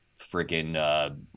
freaking